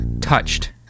Touched